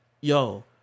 Yo